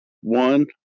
one